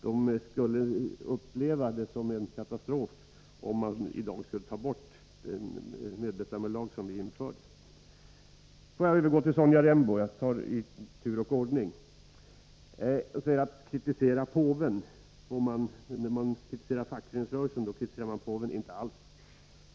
De skulle uppleva det som en katastrof om man i dag skulle ta bort den medbestämmandelag som vi införde. Får jag övergå till Sonja Rembos inlägg — jag bemöter talarna i tur och ordning. Hon säger att om man kritiserar fackföreningsrörelsen så kritiserar man påven. Inte alls!